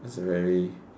that's a very